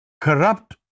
corrupt